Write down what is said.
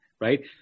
right